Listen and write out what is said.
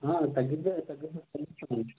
తగ్గించే తగ్గించే ఇస్తారు అండి